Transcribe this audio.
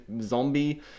zombie